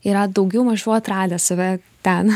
yra daugiau mažiau atradę save ten